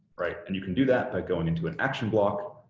right, and you can do that by going into an action block,